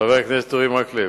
חבר הכנסת אורי מקלב,